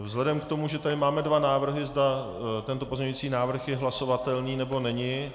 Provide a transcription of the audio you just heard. Vzhledem k tomu, že tady máme dva návrhy, zda tento pozměňující návrh je hlasovatelný, nebo není...